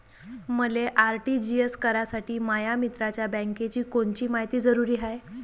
मले आर.टी.जी.एस करासाठी माया मित्राच्या बँकेची कोनची मायती जरुरी हाय?